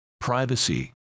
privacy